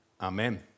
Amen